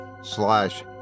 slash